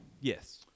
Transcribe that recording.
Yes